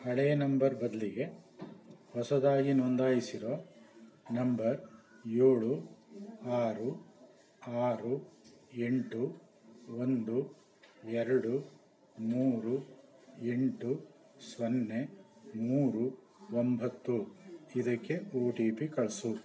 ಹಳೆಯ ನಂಬರ್ ಬದಲಿಗೆ ಹೊಸದಾಗಿ ನೋಂದಾಯಿಸಿರೋ ನಂಬರ್ ಏಳು ಆರು ಆರು ಎಂಟು ಒಂದು ಎರಡು ಮೂರು ಎಂಟು ಸೊನ್ನೆ ಮೂರು ಒಂಬತ್ತು ಇದಕ್ಕೆ ಒ ಟಿ ಪಿ ಕಳಿಸು